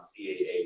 caa